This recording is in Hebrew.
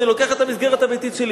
אני לוקח את המסגרת הביתית שלי.